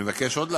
אני מבקש להדגיש